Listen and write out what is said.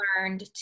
learned